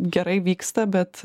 gerai vyksta bet